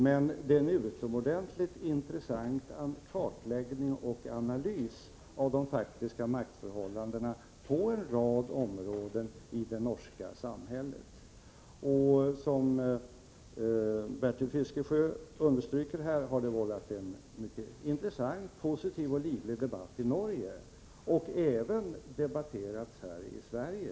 Men den har gjort en utomordentligt intressant kartläggning och analys av de faktiska maktförhållandena på en rad områden i det norska samhället. Som Bertil Fiskesjö underströk har den vållat en mycket intressant, positiv och livlig debatt i Norge. Den har även debatterats här i Sverige.